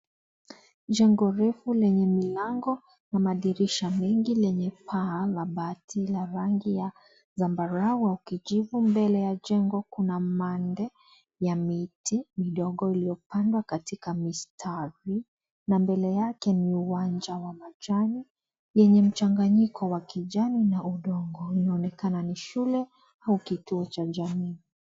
Jengo refu lenye milango na madirisha mengi lenye paa la bati la rangi ya zambarau au kijivu, mbele ya jengo kuna mande ya miti midogo iliyopandwa katika mistari na mbele yake ni uwanja wa majani yenye mchanganyiko wa kijani na udongo ilionekana ni shule au kituo cha jamii.